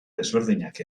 desberdinak